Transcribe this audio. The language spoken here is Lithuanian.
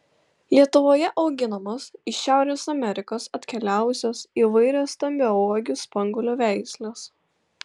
lietuvoje auginamos iš šiaurės amerikos atkeliavusios įvairios stambiauogių spanguolių veislės